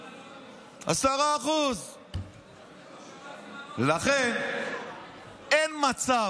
10%. לכן אין מצב,